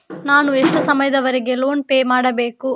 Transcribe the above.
ನಾನು ಎಷ್ಟು ಸಮಯದವರೆಗೆ ಲೋನ್ ಪೇ ಮಾಡಬೇಕು?